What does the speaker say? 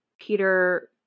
Peter